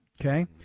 okay